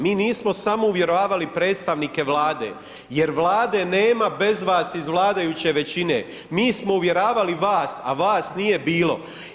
Mi nismo samo uvjeravali predstavnike Vlade jer Vlade nema bez vas iz vladajuće većine, mi smo uvjeravali vas a vas nije bilo.